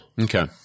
Okay